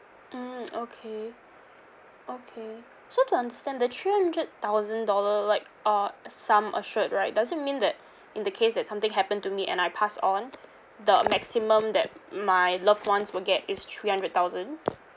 mm okay okay so to understand the three hundred thousand dollar like uh sum assured right does it mean that in the case that something happen to me and I pass on the maximum that my loved ones will get is three hundred thousand